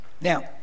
Now